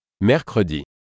Mercredi